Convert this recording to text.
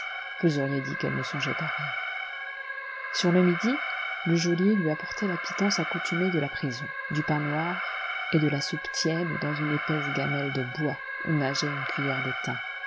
vous auriez dit qu'elle ne songeait à rien sur le midi le geôlier lui apportait la pitance accoutumée de la prison du pain noir et de la soupe tiède dans une épaisse gamelle de bois où nageait une cuiller d'étain